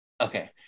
Okay